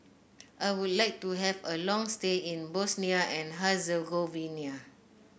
I would like to have a long stay in Bosnia and Herzegovina